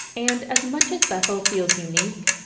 and as much as bethel feels unique,